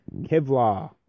Kevlar